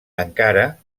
encara